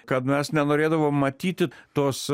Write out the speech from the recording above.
kad mes nenorėdavom matyti tos